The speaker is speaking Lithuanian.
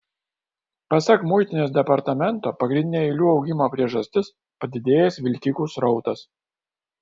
pasak muitinės departamento pagrindinė eilių augimo priežastis padidėjęs vilkikų srautas